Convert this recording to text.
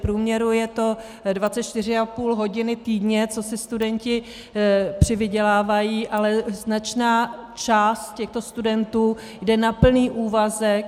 V průměru je to 24,5 hodiny týdně, co si studenti přivydělávají, ale značná část těchto studentů jde na plný úvazek.